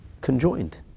conjoined